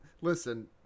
listen